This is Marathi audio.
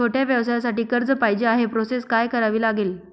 छोट्या व्यवसायासाठी कर्ज पाहिजे आहे प्रोसेस काय करावी लागेल?